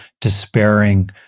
despairing